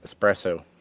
espresso